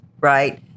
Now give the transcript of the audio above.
right